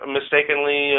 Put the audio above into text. mistakenly